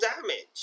damage